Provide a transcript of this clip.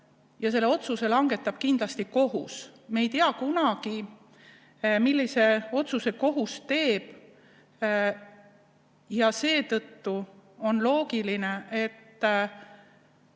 Selle otsuse langetab kindlasti kohus. Me ei tea kunagi, millise otsuse kohus teeb. Ja seetõttu on loogiline, et